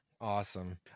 Awesome